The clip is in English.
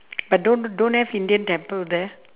but don't don't have indian temple there